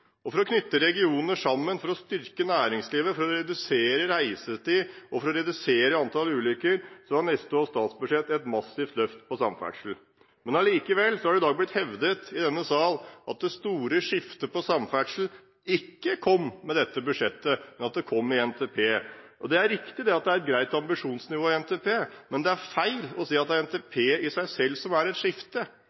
profil. For å knytte regioner sammen, for å styrke næringslivet, for å redusere reisetid og antall ulykker har neste års statsbudsjett et massivt løft på samferdsel. Likevel har det i dag blitt hevdet i denne sal at det store skiftet på samferdsel ikke kom med dette budsjettet, men at det kom i NTP. Det er riktig at det er et greit ambisjonsnivå i NTP, men det er feil å si at det er NTP i seg selv som er et skifte.